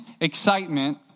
excitement